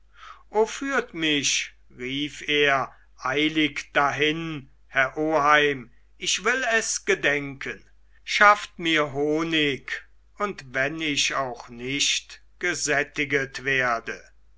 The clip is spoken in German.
führt mich rief er eilig dahin herr oheim ich will es gedenken schafft mir honig und wenn ich auch nicht gesättigt werde